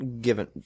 given